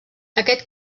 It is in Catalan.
aquest